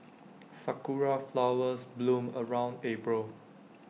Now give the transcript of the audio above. Sakura Flowers bloom around April